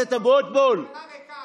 תבין למה הם אמרו שהעגלה ריקה.